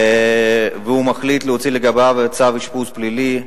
והוא מחליט להוציא לגביו צו אשפוז פלילי,